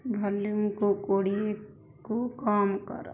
ଭଲ୍ୟୁମ୍କୁ କୋଡ଼ିଏକୁ କମ୍ କର